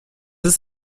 ist